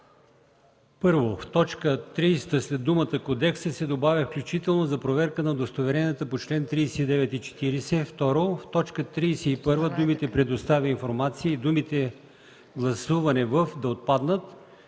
„1. В т. 30 след думата „кодекса” се добавя „включително за проверка на удостоверенията по чл. 39 и 40”. 2. В т. 31 думите „предоставя информация” и думите „гласуване в” да отпаднат.